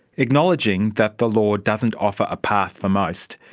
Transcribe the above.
acknowledging that the law doesn't offer a path for most,